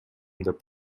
деп